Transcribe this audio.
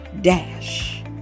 Dash